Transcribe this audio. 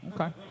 Okay